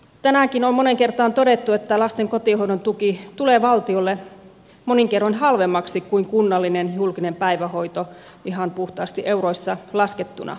tänäänkin on moneen kertaan todettu että lasten kotihoidon tuki tulee valtiolle monin kerroin halvemmaksi kuin kunnallinen julkinen päivähoito ihan puhtaasti euroissa laskettuna